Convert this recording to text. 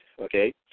okay